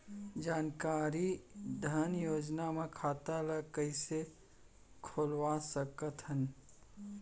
जानकारी धन योजना म खाता ल कइसे खोलवा सकथन?